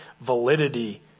validity